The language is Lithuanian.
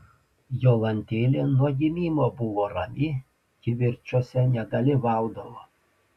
jolantėlė nuo gimimo buvo rami kivirčuose nedalyvaudavo